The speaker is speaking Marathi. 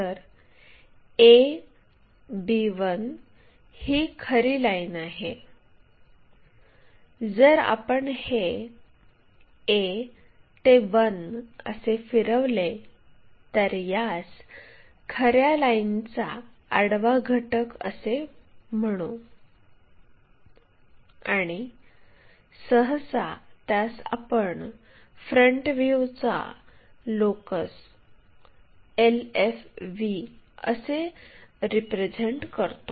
तर a b1 ही खरी लाईन आहे जर आपण हे a ते 1 असे फिरवले तर यास खऱ्या लाइनचा आडवा घटक असे म्हणतात आणि सहसा त्यास आपण फ्रंट व्ह्यूचा लोकस असे रिप्रेझेन्ट करतो